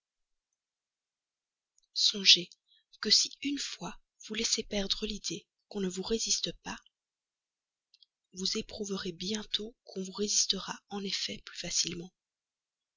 songez que si une fois vous laissez perdre l'idée qu'on ne vous résiste pas vous éprouverez bientôt qu'on vous résistera en effet plus facilement